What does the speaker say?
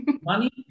money